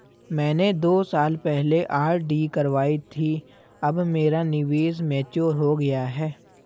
मैंने दो साल पहले आर.डी करवाई थी अब मेरा निवेश मैच्योर हो गया है